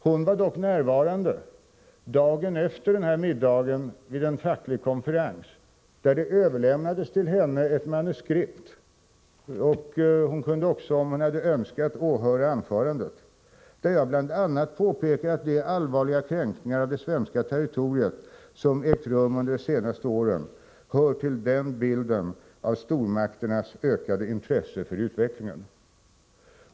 Hon var dock närvarande dagen efter den här middagen vid en facklig konferens, där det överlämnades till henne ett manuskript — hon kunde också, om hon hade önskat, ha åhört anförandet — där jag bl.a. påpekade att de allvarliga kränkningar av det svenska territoriet som ägt rum under de senaste åren hör till bilden av stormakternas ökade intresse för utvecklingen.